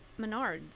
Menards